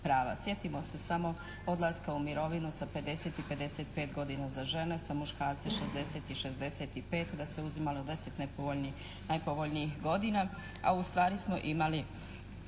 Sjetimo se samo odlaska u mirovinu sa 50 i 55 godina za žene, za muškarce 60 i 65, da se uzimalo 10 najpovoljnijih godina, a ustvari smo imali